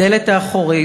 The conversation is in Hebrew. בדלת האחורית,